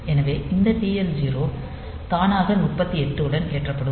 எனவே இந்த TL 0 தானாக 38 h உடன் ஏற்றப்படும்